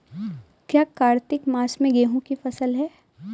क्या कार्तिक मास में गेहु की फ़सल है?